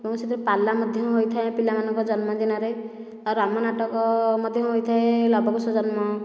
ଏବଂ ସେଥିରୁ ପାଲା ମଧ୍ୟ ହୋଇଥାଏ ପିଲାମାନଙ୍କ ଜନ୍ମ ଦିନରେ ଆଉ ରାମ ନାଟକ ମଧ୍ୟ ହୋଇଥାଏ ଲବକୁଶ ଜନ୍ମ